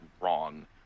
wrong